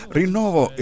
rinnovo